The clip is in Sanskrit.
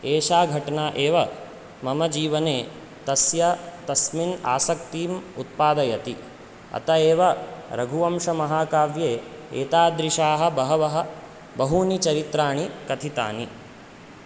एषा घटना एव मम जीवने तस्य तस्मिन् आसक्तिम् उत्पादयति अत एव रघुवंशमहाकाव्ये एतादृशाः बहवः बहूनि चरित्राणि कथितानि